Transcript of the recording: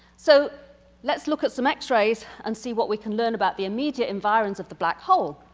so lets look at some x-rays and see what we can learn about the immediate environments of the black hole.